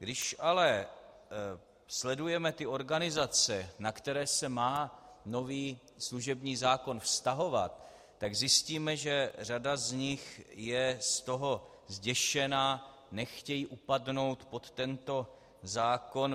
Když ale sledujeme ty organizace, na které se má nový služební zákon vztahovat, tak zjistíme, že řada z nich je z toho zděšena, nechtějí upadnout pod tento zákon.